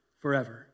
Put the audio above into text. forever